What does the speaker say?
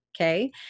okay